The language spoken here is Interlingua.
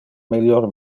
melior